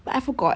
but I forgot